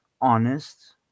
honest